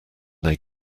they